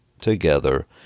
together